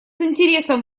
интересом